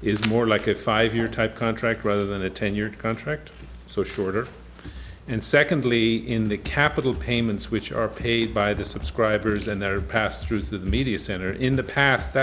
is more like a five year type contract rather than a ten year contract so shorter and secondly in the capital payments which are paid by the subscribers and their pass through the media center in the past that